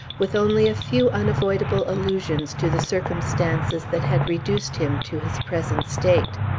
with only a few unavoidable allusions to the circumstances that had reduced him to his present state.